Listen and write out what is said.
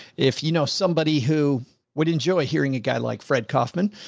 if you know somebody who would enjoy hearing a guy like fred kaufman,